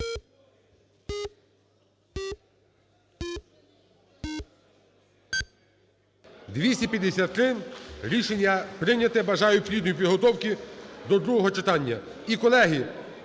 253. Рішення прийняте. Бажаю плідної підготовки до другого читання.